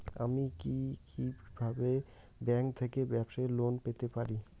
আমি কি কিভাবে ব্যাংক থেকে ব্যবসায়ী লোন পেতে পারি?